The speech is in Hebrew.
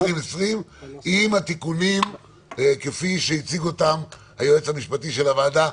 עם התיקונים כפי שהציג אותם היועץ המשפטי של הוועדה.